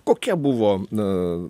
kokia buvo na